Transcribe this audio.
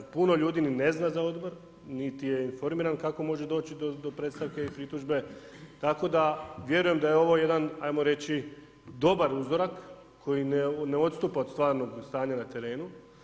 Puno ljudi ni ne zna za odbor, niti je informiran, kako može doći do predstavke i pritužbe, tako da, vjerujem da je ovo jedna, ajmo reći, dobar uzorak, koji ne odstupa od stvarnog stanja na terenu.